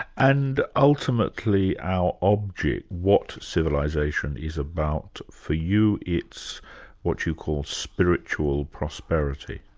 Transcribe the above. and ultimately our object, what civilisation is about for you, it's what you call spiritual prosperity?